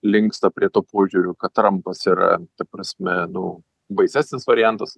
linksta prie to požiūrio kad trampas yra ta prasme nu baisesnis variantas